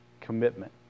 commitment